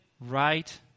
right